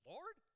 Lord